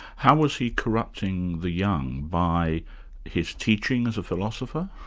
how was he corrupting the young? by his teachings, a philosopher?